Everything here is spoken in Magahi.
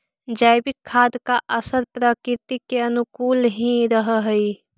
जैविक खाद का असर प्रकृति के अनुकूल ही रहअ हई